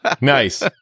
Nice